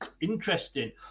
Interesting